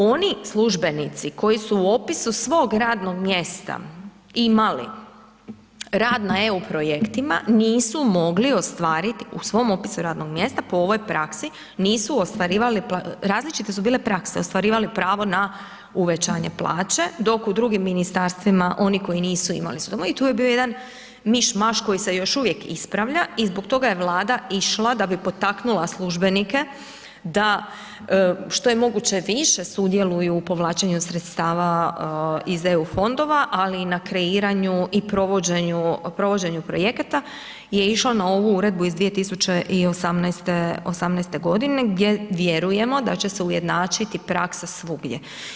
Oni službenici koji su u opisu svog radnog mjesta imali rad na EU projektima nisu mogli ostvarit u svom opisu radnog mjesta po ovoj praksi, nisu ostvarivali, različite su bile prakse, ostvarivali pravo na uvećanje plaće, dok u drugim ministarstvima oni koji nisu imali su … [[Govornik se ne razumije]] i tu je bio jedan miš maš koji se još uvijek ispravlja i zbog toga je Vlada išla da bi potaknula službenike da što je moguće više sudjeluju u povlačenju sredstava iz EU fondova, ali i na kreiranju i provođenju, provođenju projekata je išlo na ovu uredbu iz 2018., '18.g. gdje vjerujemo da će se ujednačiti praksa svugdje.